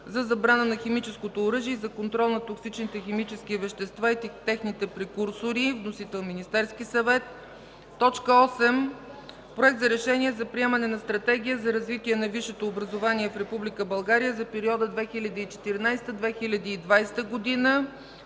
за забрана на химическото оръжие и за контрол на токсичните химически вещества и техните прекурсори. Вносител – Министерския съвет. 8. Проект за Решение за приемане на Стратегия за развитие на висшето образование в Република България за периода 2014–2020 г.